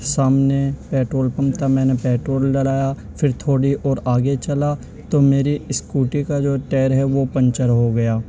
سامنے petrol pump تھا میں نے پیٹرول ڈلایا پھر تھوڑی اور آگے چلا تو میری اسکوٹی کا جو ٹیر ہے وہ پنچر ہو گیا